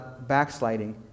backsliding